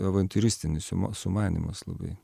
avantiūristinis sumanymas labai